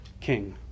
king